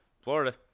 Florida